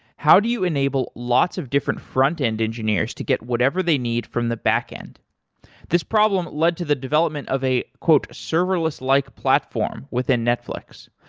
how do you enable lots of different frontend engineers to get whatever they need from the backend this problem led to the development of a serverless-like platform within netflix,